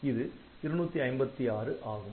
இது 256 ஆகும்